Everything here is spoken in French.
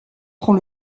prend